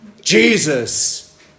Jesus